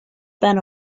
ben